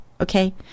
okay